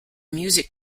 music